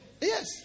Yes